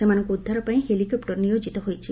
ସେମାନଙ୍କୁ ଉଦ୍ଧାର ପାଇଁ ହେଲିକପ୍ଟର ନିୟୋଜିତ ହୋଇଛି